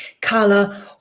Carla